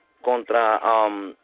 contra